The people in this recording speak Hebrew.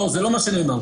זה לא מה שנכתב.